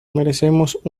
merecemos